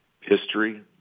history